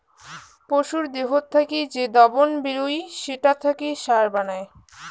পশুর দেহত থাকি যে দবন বেরুই সেটা থাকি সার বানায়